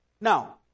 Now